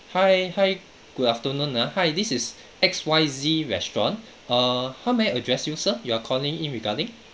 hi hi good afternoon ah hi this is X_Y_Z restaurant err how may I address you sir you are calling in regarding